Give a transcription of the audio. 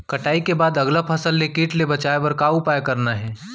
कटाई के बाद अगला फसल ले किट ले बचाए बर का उपाय करना हे?